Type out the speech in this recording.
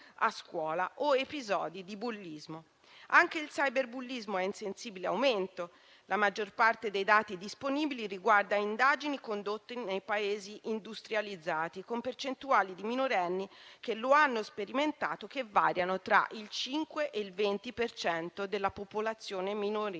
a scuola o episodi di bullismo. Anche il cyberbullismo è in sensibile aumento. La maggior parte dei dati disponibili riguarda indagini condotte nei Paesi industrializzati, con percentuali di minorenni che lo hanno sperimentato che variano tra il 5 e il 20 per cento della popolazione minorile,